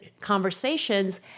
conversations